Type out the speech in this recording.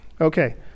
Okay